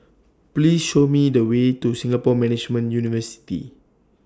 Please Show Me The Way to Singapore Management University